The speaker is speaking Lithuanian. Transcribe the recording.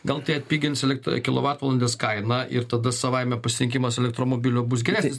gal tai atpigins elekto kilovatvalandės kainą ir tada savaime pasisiekimas elektromobilių bus geresnis